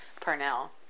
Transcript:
Parnell